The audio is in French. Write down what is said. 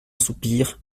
soupir